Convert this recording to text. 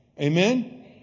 Amen